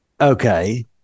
Okay